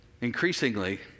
Increasingly